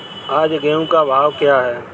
आज गेहूँ का भाव क्या है?